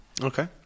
Okay